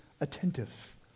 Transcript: attentive